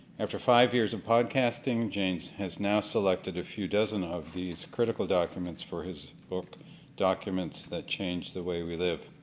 after five years of podcasting janes has now selected a few dozen of these critical documents for his book documents that changed the way we live.